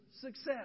success